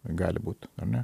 gali būt ane